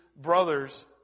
brothers